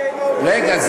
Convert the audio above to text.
רגע,